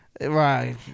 right